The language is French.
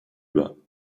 bas